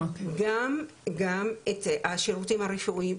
גם את השירותים הרפואיים,